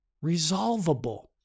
resolvable